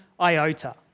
iota